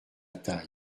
taille